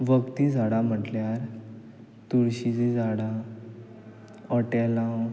वखदीं झाडां म्हटल्यार तुळशीचीं झाडां हॉटेलांव